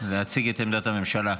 להציג את עמדת הממשלה.